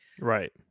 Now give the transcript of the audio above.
Right